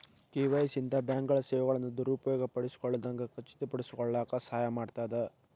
KYC ಇಂದ ಬ್ಯಾಂಕ್ಗಳ ಸೇವೆಗಳನ್ನ ದುರುಪಯೋಗ ಪಡಿಸಿಕೊಳ್ಳದಂಗ ಖಚಿತಪಡಿಸಿಕೊಳ್ಳಕ ಸಹಾಯ ಮಾಡ್ತದ